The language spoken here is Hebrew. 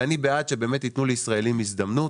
אני בעד שבאמת יתנו לישראלים הזדמנות,